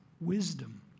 wisdom